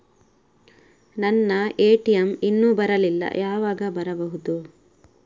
ನನ್ನ ಎ.ಟಿ.ಎಂ ಇನ್ನು ಬರಲಿಲ್ಲ, ಯಾವಾಗ ಬರಬಹುದು?